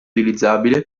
utilizzabile